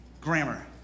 grammar